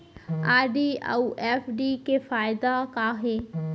RD अऊ FD के फायेदा का हे?